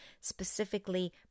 specifically